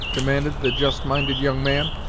demanded the just-minded young man.